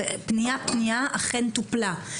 ופנייה-פנייה אכן טופלה.